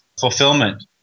fulfillment